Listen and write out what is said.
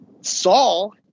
Saul